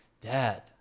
dad